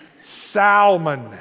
Salmon